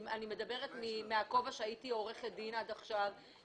אני מדברת מהכובע שהייתי עורכת דין עד עכשיו.